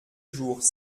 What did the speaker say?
jours